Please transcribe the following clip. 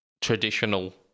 traditional